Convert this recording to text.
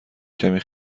کمی